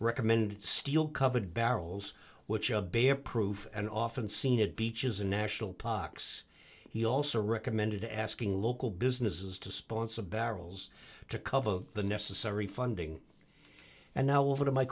recommended steel covered barrels which of be approved and often seen at beaches and national parks he also recommended asking local businesses to sponsor barrels to cover the necessary funding and now over to my